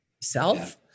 self